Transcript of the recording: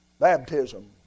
Baptism